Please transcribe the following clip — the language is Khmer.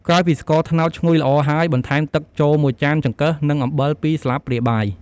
ក្រោយពីស្ករត្នោតឈ្ងុយល្អហើយ បន្ថែមទឹកចូល ១ចាន ចង្កឹះ និងអំបិល ២ស្លាបព្រាបាយ។